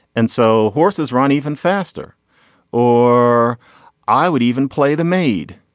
and so horses run even faster or i would even play the maid.